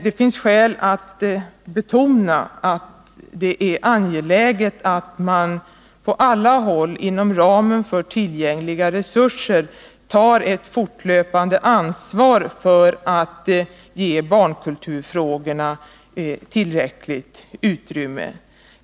Det finns skäl att betona att det är angeläget att man på alla håll inom ramen för tillgängliga resurser fortlöpande tar ett ansvar för att ge barnkulturfrågorna tillräckligt utrymme.